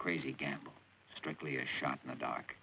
crazy gamble strictly a shot in the dark